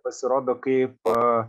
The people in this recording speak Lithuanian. pasirodo kaip